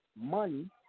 money